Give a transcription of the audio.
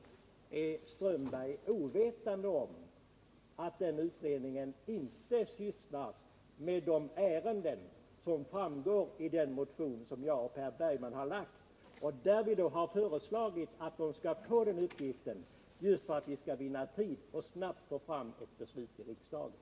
Men är herr Strömberg ovetande om att den utredningen inte sysslar med de ärenden som behandlas i den motion som Per Bergman och jag har väckt och där vi har föreslagit att utredningen skall få just den här uppgiften för att vi skall vinna tid och snabbt kunna få fram ett beslut här i riksdagen?